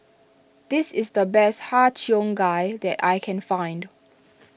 this is the best Har Cheong Gai that I can find